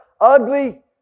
Ugly